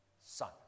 Son